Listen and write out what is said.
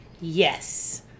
Yes